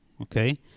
okay